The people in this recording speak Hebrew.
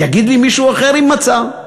יגיד לי מישהו אחר אם מצא,